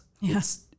Yes